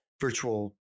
virtual